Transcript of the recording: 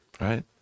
right